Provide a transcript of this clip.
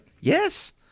Yes